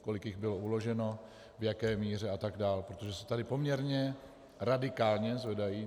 Kolik jich bylo uloženo, v jaké míře a tak dál, protože se tady ty sankce poměrně radikálně zvedají.